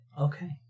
Okay